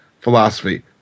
philosophy